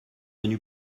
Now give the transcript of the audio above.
venus